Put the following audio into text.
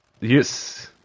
Yes